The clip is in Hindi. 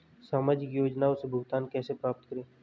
सामाजिक योजनाओं से भुगतान कैसे प्राप्त करें?